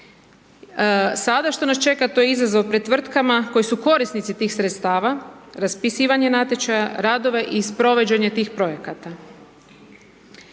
Sada što nas čeka, to je izazov pred tvrtkama koje su korisnici tih sredstava, raspisivanje natječaja, radove i provođenje tih projekata.